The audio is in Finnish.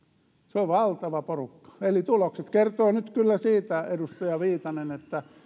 se on valtava porukka eli tulokset kertovat nyt kyllä siitä edustaja viitanen että